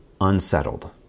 Unsettled